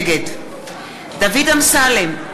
נגד דוד אמסלם,